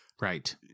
Right